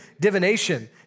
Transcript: divination